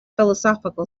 philosophical